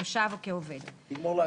נכון.